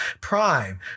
Prime